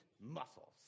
muscles